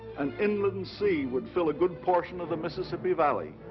an inland sea would fill a good portion of the mississippi valley.